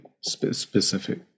specific